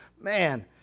Man